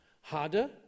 Harder